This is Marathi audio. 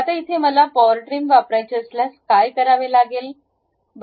आता इथे मला पॉवर ट्रिम वापरायचे असल्यास काय करावे लागेल